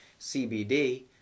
CBD